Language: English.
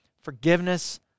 forgiveness